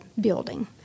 building